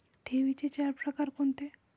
ठेवींचे चार प्रकार कोणते?